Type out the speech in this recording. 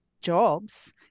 jobs